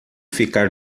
ficar